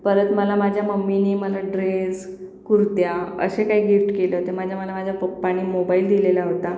परत मला माझ्या मम्मीनी मला ड्रेस कुर्त्या असे काही गिफ्ट केलं होतं म्हणजे मला माझ्या पप्पांनी मोबाईल दिलेला होता